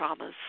traumas